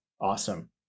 awesome